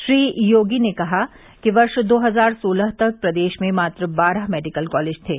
श्री योगी ने कहा वर्ष दो हजार सोलह तक प्रदेश में मात्र बारह मेडिकल कालेज थे